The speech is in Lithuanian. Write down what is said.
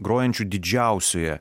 grojančiu didžiausioje